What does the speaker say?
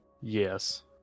Yes